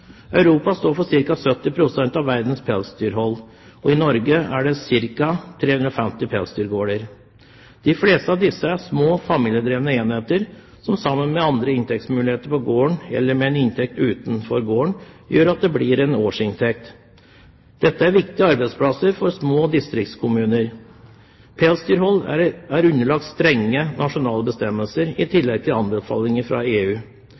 Europa står for ca. 70 pst. av verdens pelsdyrhold. I Norge er det ca. 350 pelsdyrgårder. De fleste av disse er små, familiedrevne enheter som sammen med andre inntektsmuligheter på gården, eller med en inntekt utenfor gården, gjør at det blir en årsinntekt. Dette er viktige arbeidsplasser for små distriktskommuner. Pelsdyrhold er underlagt strenge nasjonale bestemmelser i tillegg til anbefalinger fra EU.